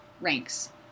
ranks